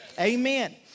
Amen